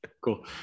Cool